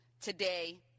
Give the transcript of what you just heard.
today